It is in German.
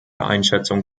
einschätzung